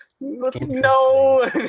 no